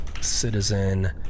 citizen